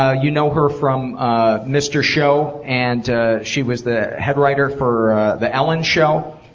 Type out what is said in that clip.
ah you know her from ah mr. show. and she was the head writer for the ellen show.